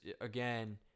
again